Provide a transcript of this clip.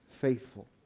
faithful